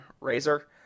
Razor